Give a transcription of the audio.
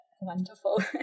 Wonderful